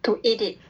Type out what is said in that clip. to eat it